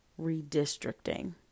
redistricting